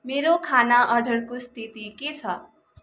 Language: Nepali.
मेरो खाना अर्डरको स्थिति के छ